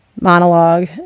monologue